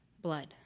Blood